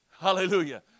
hallelujah